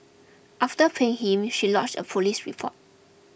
after paying him she lodged a police report